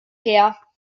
her